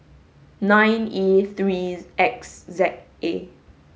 nine E three X Z A